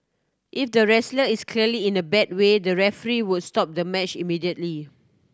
if the wrestler is clearly in a bad way the referee will stop the match immediately